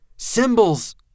symbols